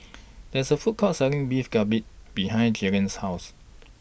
There IS A Food Court Selling Beef Galbi behind Jayleen's House